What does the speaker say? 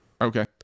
Okay